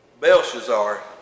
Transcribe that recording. Belshazzar